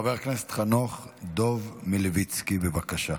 חבר הכנסת חנוך דב מלביצקי, בבקשה.